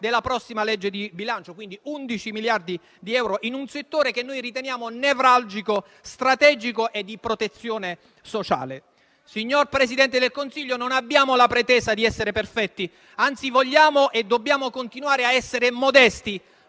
della prossima legge di bilancio, e quindi 11 miliardi di euro in un settore che noi riteniamo nevralgico, strategico e di protezione sociale. Signor Presidente del Consiglio, non abbiamo la pretesa di essere perfetti, anzi vogliamo e dobbiamo continuare a essere modesti,